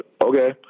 okay